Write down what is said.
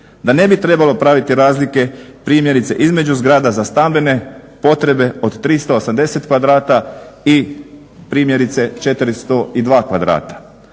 da ne bi trebalo praviti razlike primjerice između zgrada za stambene potrebe od 380 kvadrata i primjerice 402 kvadrata.